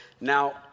Now